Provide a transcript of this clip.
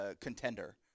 contender